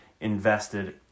invested